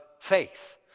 faith